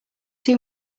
too